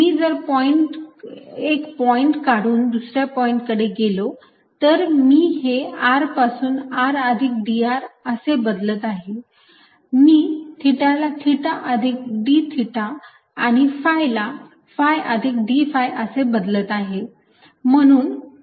मी जर एक पॉईंट काढून दुसऱ्या पॉईंट कडे गेलो तर मी हे r पासून r अधिक dr असे बदलत आहे मी थिटाला थिटा अधिक d थिटा आणि phi ला phi अधिक d phi असे बदलत आहे